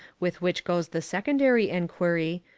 with which goes the secondary enquiry,